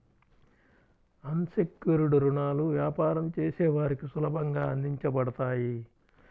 అన్ secured రుణాలు వ్యాపారం చేసే వారికి సులభంగా అందించబడతాయి